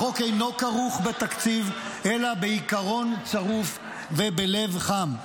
החוק אינו כרוך בתקציב, אלא בהיגיון צרוף ובלב חם.